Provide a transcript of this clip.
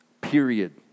Period